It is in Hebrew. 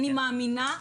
אני מאמינה,